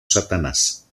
satanás